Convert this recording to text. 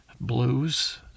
blues